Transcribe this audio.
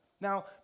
Now